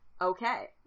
okay